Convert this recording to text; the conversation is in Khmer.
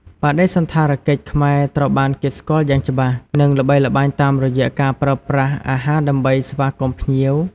បដិសណ្ឋារកិច្ចខ្មែរត្រូវបានគេស្គាល់យ៉ាងច្បាស់ និងល្បីល្បាញតាមរយៈការប្រើប្រាស់អាហារដើម្បីស្វាគមន៍ភ្ញៀវ។